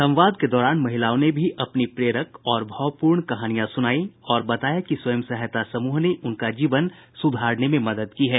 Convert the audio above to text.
संवाद के दौरान महिलाओं ने भी अपनी प्रेरक और भावपूर्ण कहानियां सुनाई और बताया कि स्वयं सहायता समूहों ने उनका जीवन सुधारने में मदद की है